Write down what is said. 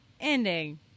Ending